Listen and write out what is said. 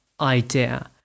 idea